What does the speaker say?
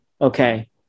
Okay